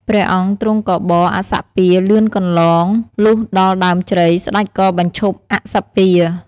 ព្រះអង្គទ្រង់ក៏បរអស្សពាហ៍លឿនកន្លង លុះដល់ដើមជ្រៃស្តេចក៏បញ្ឈប់អស្សពាហ៍។